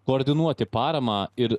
koordinuoti paramą ir